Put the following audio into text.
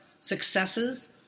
successes